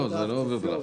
זה לא אוברדרפט.